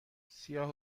سیاه